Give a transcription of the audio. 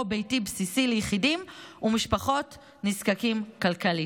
ביתי בסיסי ליחידים ומשפחות הנזקקים כלכלית.